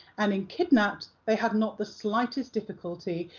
and in kidnapped they had not the slightest difficulty,